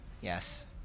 Yes